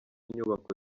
inyubako